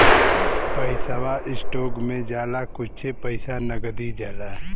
पैसवा स्टोक मे जाला कुच्छे पइसा नगदी जाला